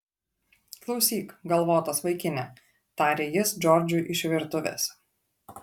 klausyk galvotas vaikine tarė jis džordžui iš virtuvės